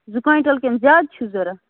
زٕ کۄینٛٹَل کِنہٕ زیادٕ چھِو ضروٗرت